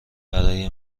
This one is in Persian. برای